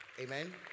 Amen